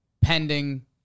pending